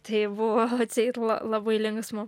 tai buvo atseit la labai linksma